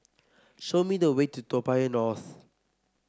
show me the way to Toa Payoh North